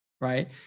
Right